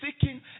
seeking